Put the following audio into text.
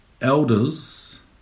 elders